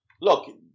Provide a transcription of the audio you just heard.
look